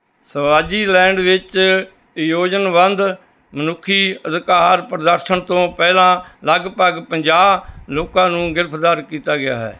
Swaziland ਵਿੱਚ ਯੋਜਨਬੰਧ ਮਨੁੱਖੀ ਅਧਿਕਾਰ ਪ੍ਰਦਰਸ਼ਨ ਤੋਂ ਪਹਿਲਾਂ ਲਗਭਗ ਪੰਜਾਹ ਲੋਕਾਂ ਨੂੰ ਗ੍ਰਿਫਤਾਰ ਕੀਤਾ ਗਿਆ ਹੈ